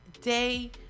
day